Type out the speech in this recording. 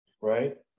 Right